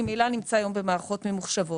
ממילא נמצא היום במערכות ממוחשבות.